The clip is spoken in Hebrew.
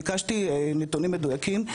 בסך הכול ביקשתי נתונים מדויקים,